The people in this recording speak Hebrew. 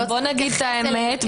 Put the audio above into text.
בואו נגיד את האמת,